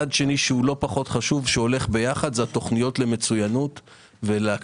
צד שני שלא פחות חשוב שהולך יחד זה התוכניות למצוינות ולהקפיץ